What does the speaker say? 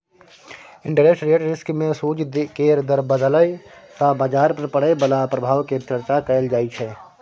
interest rate risk मे सूदि केर दर बदलय सँ बजार पर पड़य बला प्रभाव केर चर्चा कएल जाइ छै